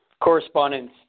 correspondence